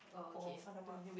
oh !alamak!